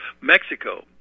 Mexico